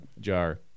jar